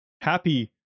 happy